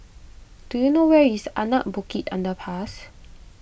do you know where is Anak Bukit Underpass